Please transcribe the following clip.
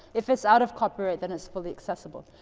if it's out of copyright, then it's fully accessible.